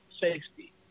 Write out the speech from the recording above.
safety